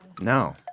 No